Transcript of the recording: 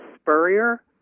Spurrier